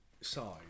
side